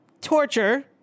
torture